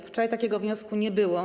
Wczoraj takiego wniosku nie było.